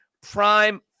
prime